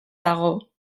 dago